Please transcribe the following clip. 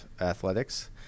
athletics